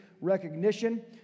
recognition